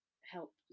help